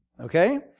Okay